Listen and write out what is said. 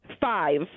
Five